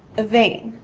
a d,